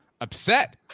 upset